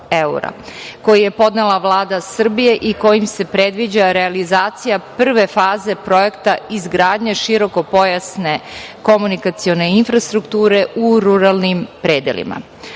koji je podnela Vlada Srbije i kojim se predviđa realizacija prve faze projekta izgradnje širokopojasne komunikacione infrastrukture u ruralnim predelima. Šta